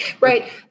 Right